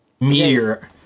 Meteor